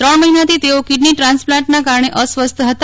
ત્રણ મહિનાથી તેઓ કીડની ટ્રાન્સપ્લાન્ટના કારણે અસ્વસ્થ હતા